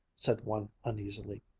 said one uneasily.